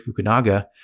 Fukunaga